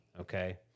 okay